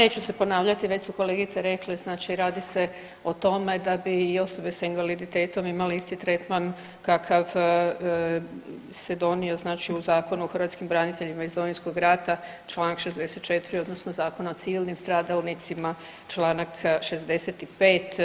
Pa neću se ponavljati, već su kolegice rekle, znači radi o tome da bi i osobe s invaliditetom imale isti tretman kakav se donio znači u Zakonu o hrvatskim braniteljima iz Domovinskog rata, čl. 64 odnosno Zakona o civilnim stradalnicima, čl. 65.